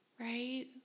right